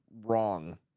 wrong